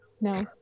No